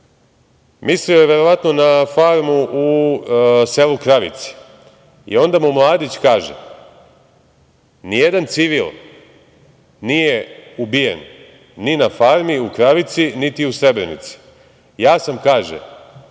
Mislio je verovatno na farmu u selu Kravice. Dalje mu Mladić kaže - nijedan civil nije ubijen ni na farmi, u Kravici, niti u Srebrenici, ja sam, kaže,